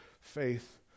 faith